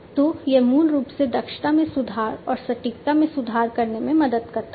तो यह मूल रूप से दक्षता में सुधार और सटीकता में सुधार करने में मदद करता है